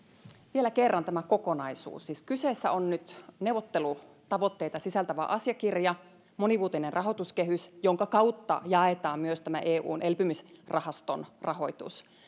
vielä kerran tämä kokonaisuus siis kyseessä on nyt neuvottelutavoitteita sisältävä asiakirja monivuotinen rahoituskehys jonka kautta jaetaan myös tämä eun elpymisrahaston rahoitus